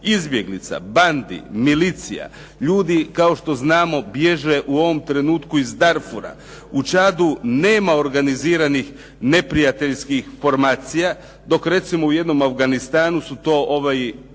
izbjeglica, bandi, milicija. Ljudi kao što znamo, bježe u ovom trenutku iz Darfura. U Čadu nema organiziranih neprijateljskih formacija, dok recimo u jednom Afganistanu su to